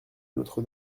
notre